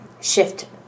shift